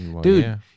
Dude